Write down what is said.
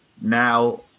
now